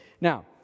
Now